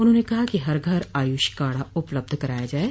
उन्होंने कहा कि हर घर आयुष काढ़ा उपलब्ध कराया जाये